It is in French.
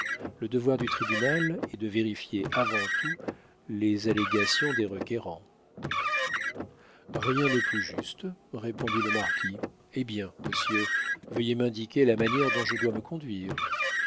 le devoir du tribunal est de vérifier avant tout les allégations des requérants rien n'est plus juste répondit le marquis eh bien monsieur veuillez m'indiquer la manière dont je dois me conduire